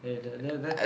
eh the the the